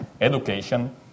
Education